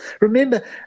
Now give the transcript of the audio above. remember